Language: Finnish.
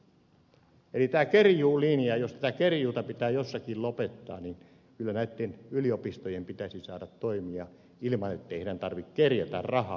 eli jos tätä kerjuuta pitää jossakin lopettaa niin kyllä näitten yliopistojen pitäisi saada toimia ilman että heidän tarvitsee kerjätä rahaa